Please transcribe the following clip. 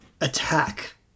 attack